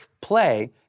play